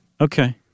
Okay